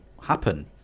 happen